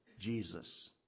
Jesus